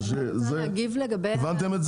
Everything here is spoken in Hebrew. הבנתם?